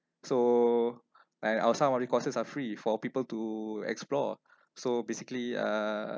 so like our some of the courses are free for people to explore so basically uh